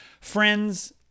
Friends